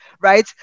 right